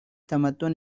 تمدن